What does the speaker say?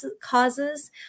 causes